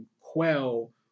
quell